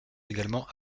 également